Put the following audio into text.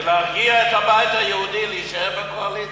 כדי להרגיע את הבית היהודי להישאר בקואליציה.